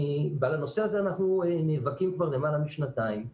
ועל הנושא הזה אנחנו נאבקים כבר למעלה משנתיים,